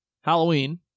Halloween